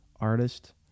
artist